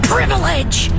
Privilege